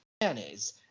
mayonnaise